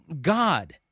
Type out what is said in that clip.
god